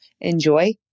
enjoy